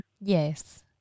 Yes